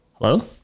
Hello